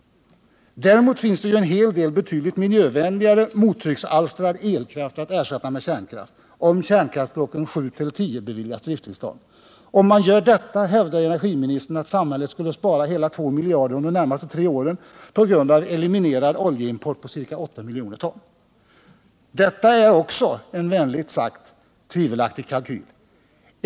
Däremot finns det en hel del betydligt miljövänligare mottrycksalstrad elkraft att ersätta med kärnkraft, om kärnkraftsblocken 7-10 beviljas drifttillstånd. Om man gör detta, hävdar energiministern att samhället skulle spara hela 2 miljarder under de närmaste tre åren på grund av en eliminerad oljeimport på ca 8 miljoner ton. Detta är också en — vänligt sagt — tvivelaktig kalkyl.